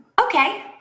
okay